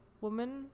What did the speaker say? woman